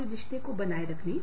इसलिए काम और जीवन एक है